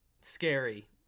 scary